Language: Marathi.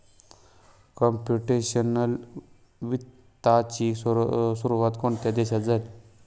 कंप्युटेशनल वित्ताची सुरुवात कोणत्या देशात झाली?